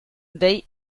dei